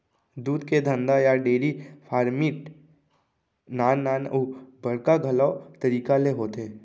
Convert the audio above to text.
दूद के धंधा या डेरी फार्मिट नान नान अउ बड़का घलौ तरीका ले होथे